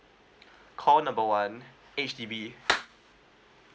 call number one H_D_B